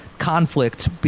conflict